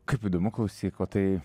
kaip įdomu klausyk o tai